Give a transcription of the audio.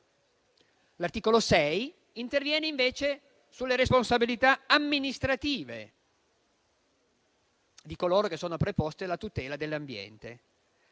L'articolo 6-*ter* interviene sulle responsabilità amministrative di coloro che sono preposti alla tutela dell'ambiente.